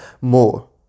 more